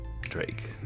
Drake